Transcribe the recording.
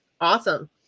Awesome